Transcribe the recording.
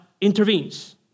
intervenes